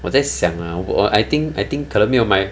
我在想 lah 我 I think I think 可能没有买